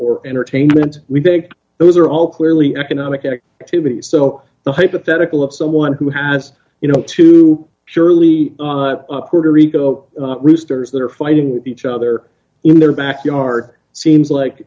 or entertainment we big those are all clearly economic activities so the hypothetical of someone who has you know two surely puerto rico roosters that are fighting with each other in their backyard seems like